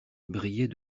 brillaient